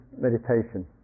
meditation